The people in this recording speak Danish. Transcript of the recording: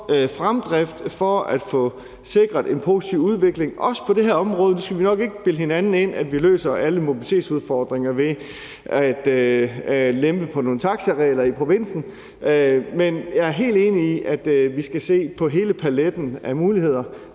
fremdrift for at få sikret en positiv udvikling også på det her område. Vi skal nok ikke bilde hinanden ind, at vi løser alle mobilitetsudfordringer ved at lempe på nogle taxaregler i provinsen, men jeg er helt enig i, at vi skal se på hele paletten af muligheder